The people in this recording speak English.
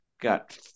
got